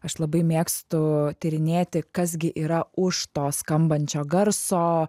aš labai mėgstu tyrinėti kas gi yra už to skambančio garso